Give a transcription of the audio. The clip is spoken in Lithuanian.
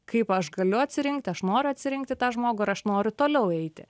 kaip aš galiu atsirinkti aš noriu atsirinkti tą žmogų ir aš noriu toliau eiti